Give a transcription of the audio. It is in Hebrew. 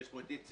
ויש פה את איציק